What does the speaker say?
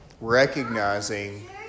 recognizing